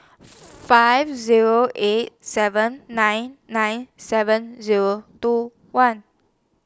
five Zero eight seven nine nine seven Zero two one